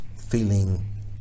feeling